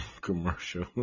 commercial